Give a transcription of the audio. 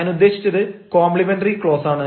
ഞാൻ ഉദ്ദേശിച്ചത് കോംപ്ലിമെന്ററി ക്ലോസാണ്